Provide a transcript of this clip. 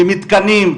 ממתקנים,